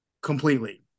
completely